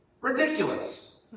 ridiculous